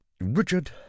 Richard